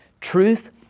Truth